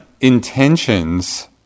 intentions